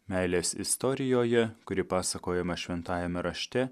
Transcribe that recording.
meilės istorijoje kuri pasakojama šventajame rašte